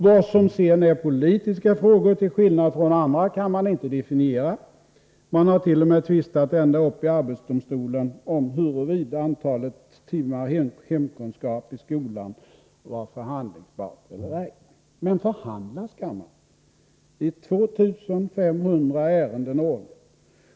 Vad som sedan är politiska frågor till skillnad från andra kan man inte definiera. Man har t.o.m. tvistat ända upp i arbetsdomstolen om huruvida antalet timmar i hemkunskap i skolan var något förhandlingsbart eller ej. Men förhandla skall man — i 2 500 ärenden årligen.